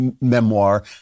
memoir